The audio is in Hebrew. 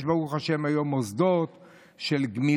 יש היום ברוך השם מוסדות של גמילה,